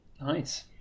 nice